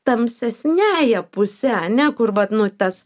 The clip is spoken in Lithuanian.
tamsesniąja puse ane kur vat nu tas